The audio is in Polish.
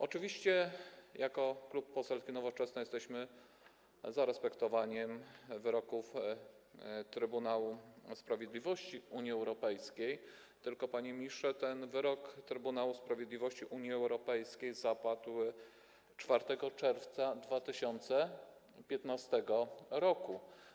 Oczywiście jako Klub Poselski Nowoczesna jesteśmy za respektowaniem wyroków Trybunału Sprawiedliwości Unii Europejskiej, tylko, panie ministrze, ten wyrok Trybunału Sprawiedliwości Unii Europejskiej zapadł 4 czerwca 2015 r.